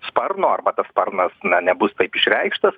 sparno arba sparnas nebus taip išreikštas